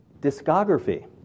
discography